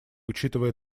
учитывая